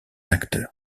acteur